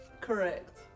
correct